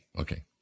Okay